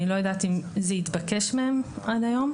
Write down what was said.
אני לא יודעת אם זה התבקש מהם עד היום.